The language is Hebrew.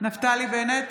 נפתלי בנט,